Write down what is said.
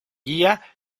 guía